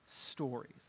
stories